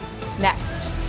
next